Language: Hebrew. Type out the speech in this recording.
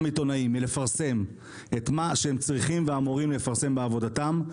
עיתונאים מלפרסם את מה שהם צריכים ואמורים לפרסם בעבודתם,